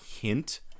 hint